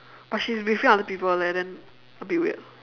but she's briefing other people leh then a bit weird